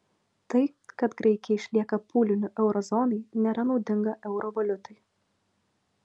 tai kad graikija išlieka pūliniu euro zonai nėra naudinga euro valiutai